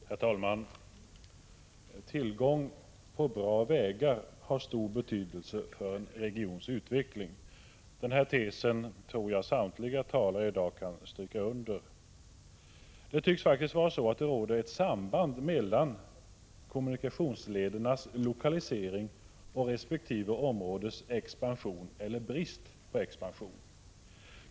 Herr talman! Tillgången på bra vägar har stor betydelse för en regions utveckling; den tesen tror jag samtliga talare i dag kan stryka under. Det tycks råda ett samband mellan kommunikationsledernas lokalisering och resp. områdes expansion eller brist på expansion.